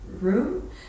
room